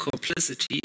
complicity